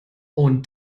und